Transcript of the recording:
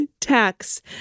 Tax